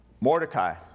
Mordecai